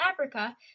Africa